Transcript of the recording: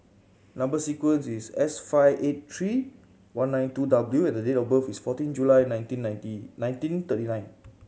number sequence is S five eight three one nine two W and the date of birth is fourteen July nineteen ninety nineteen thirty nine